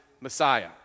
Messiah